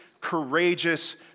courageous